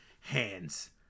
hands